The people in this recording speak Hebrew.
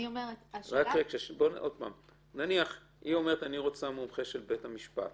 אם היא אומרת שהיא רוצה מומחה של בית משפט,